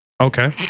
Okay